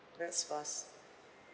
best for us